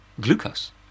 glucose